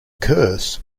curse